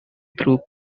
through